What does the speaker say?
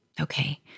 okay